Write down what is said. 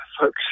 folks